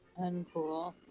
Uncool